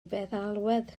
feddalwedd